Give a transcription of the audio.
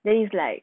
then it's like